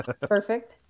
Perfect